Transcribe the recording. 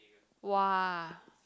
!wah!